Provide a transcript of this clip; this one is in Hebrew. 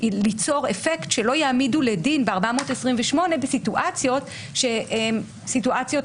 ליצור אפקט שלא יעמידו לדין ב-428 בסיטואציות שהן סיטואציות